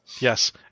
yes